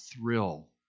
thrill